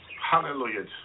Hallelujah